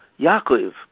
Yaakov